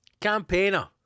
Campaigner